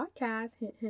podcast